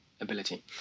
ability